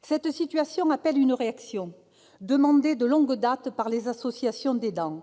Cette situation appelle une réaction, demandée de longue date par les associations d'aidants.